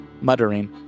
muttering